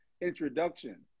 introduction